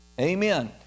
Amen